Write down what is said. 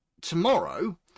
tomorrow